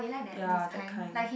ya that kind